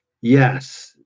yes